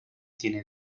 tiene